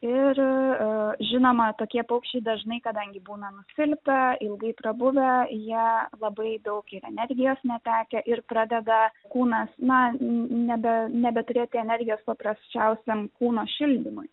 ir žinoma tokie paukščiai dažnai kadangi būna nusilpę ilgai prabuvę jie labai daug ir energijos netekę ir pradeda kūnas na nebe nebeturėti energijos paprasčiausiam kūno šildymui